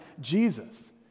Jesus